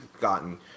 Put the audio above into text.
gotten